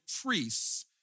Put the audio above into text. priests